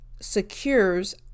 secures